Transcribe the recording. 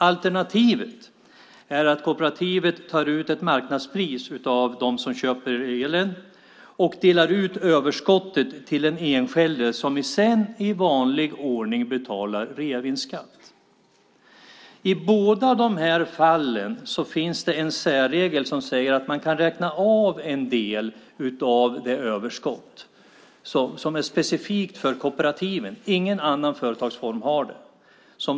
Alternativet är att kooperativet tar ut ett marknadspris av dem som köper elen och delar ut överskottet till den enskilde som sedan i vanlig ordning betalar reavinstskatt. I båda dessa fall finns det en särregel som säger att man kan räkna av en del av överskottet. Det är specifikt för kooperativen. Ingen annan företagsform har det.